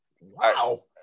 Wow